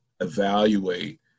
evaluate